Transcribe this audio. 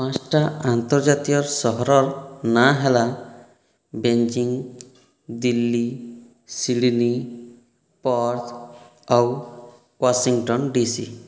ପାଞ୍ଚଟା ଆନ୍ତର୍ଜାତୀୟ ସହରର ନାଁ ହେଲା ବେଇଜିଙ୍ଗ ଦିଲ୍ଲୀ ସିଡ଼ନି ପର୍ଥ ଆଉ ୱାସିଂଟନ ଡିସି